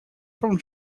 from